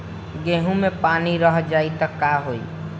गेंहू मे पानी रह जाई त का होई?